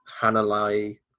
Hanalei